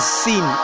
seen